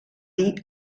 dir